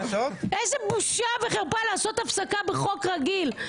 איזו בושה וחרפה לעשות הפסקה בחוק רגיל,